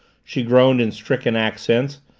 she groaned in stricken accents.